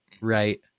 right